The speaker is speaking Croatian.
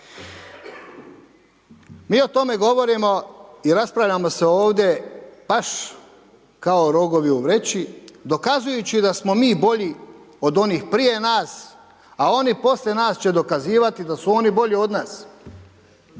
Mi o tome govorimo i raspravljamo se ovdje baš kao rogovi u vreći dokazujući da smo mi bolji od onih prije nas, a oni poslije nas će dokazivati da su oni bolji od nas.